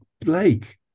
Blake